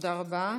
תודה רבה.